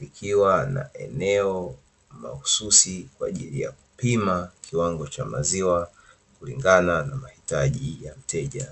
likiwa na maeneo mahususi kwa ajili ya kupima kiwango cha maziwa kulingana na mahitaji ya mteja.